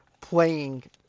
playing